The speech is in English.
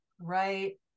right